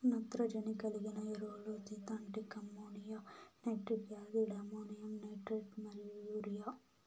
నత్రజని కలిగిన ఎరువులు synthetic ammonia, nitric acid, ammonium nitrate మరియు యూరియా